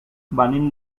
venim